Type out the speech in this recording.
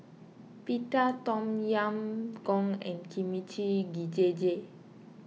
Pita Tom Yam Goong and Kimchi Jjigae